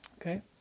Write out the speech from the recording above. Okay